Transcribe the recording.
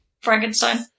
frankenstein